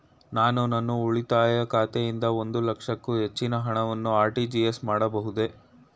ನಾನು ನನ್ನ ಉಳಿತಾಯ ಖಾತೆಯಿಂದ ಒಂದು ಲಕ್ಷಕ್ಕೂ ಹೆಚ್ಚಿನ ಹಣವನ್ನು ಆರ್.ಟಿ.ಜಿ.ಎಸ್ ಮಾಡಬಹುದೇ?